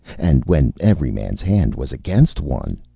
and when every man's hand was against one.